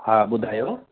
हा ॿुधायो